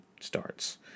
starts